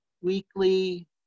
weekly